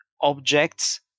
objects